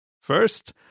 First